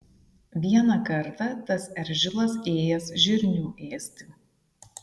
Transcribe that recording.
vieną kartą tas eržilas ėjęs žirnių ėsti